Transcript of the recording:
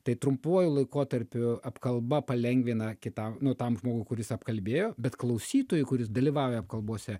tai trumpuoju laikotarpiu apkalba palengvina kitam nu tam žmogui kuris apkalbėjo bet klausytojui kuris dalyvauja apkalbose